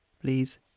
please